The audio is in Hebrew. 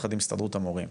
יחד עם הסתדרות המורים.